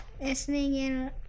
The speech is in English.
listening